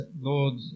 Lord